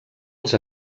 els